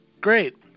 Great